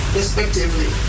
respectively